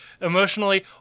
emotionally